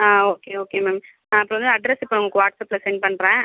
ஆ okay okay ma'am நான் இப்போ வந்து அட்ரெஸ் இப்போ உங்களுக்கு வாட்ஸ் அப்பில சென்ட் பண்ணுறன்